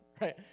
right